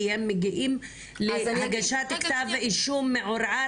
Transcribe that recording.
כי הם מגיעים להגשת כתב אישום מעורער,